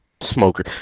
Smoker